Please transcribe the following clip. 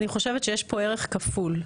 אני חושבת שיש פה ערך כפול.